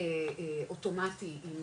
אוטומטי עם